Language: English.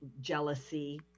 jealousy